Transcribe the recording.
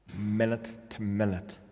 minute-to-minute